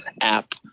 app